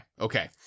Okay